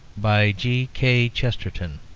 by g k. chesterton